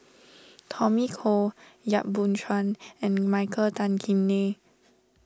Tommy Koh Yap Boon Chuan and Michael Tan Kim Nei